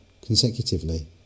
consecutively